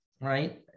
right